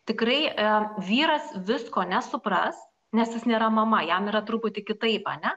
tikrai e vyras visko nesupras nes jis nėra mama jam yra truputį kitaip ane